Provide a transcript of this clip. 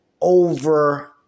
over